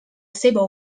seva